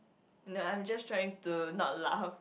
no I'm just trying to not laugh